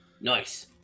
Nice